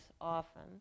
often